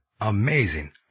Amazing